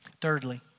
Thirdly